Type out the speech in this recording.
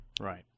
Right